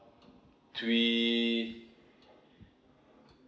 twist